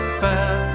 fair